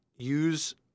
use